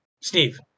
Steve